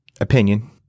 opinion